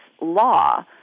law